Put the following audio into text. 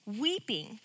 Weeping